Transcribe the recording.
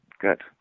Good